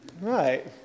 right